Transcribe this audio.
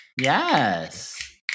Yes